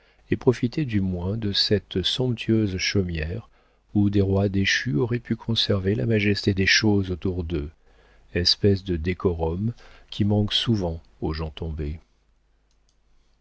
et profitaient du moins de cette somptueuse chaumière où des rois déchus auraient pu conserver la majesté des choses autour d'eux espèce de décorum qui manque souvent aux gens tombés